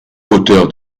auteur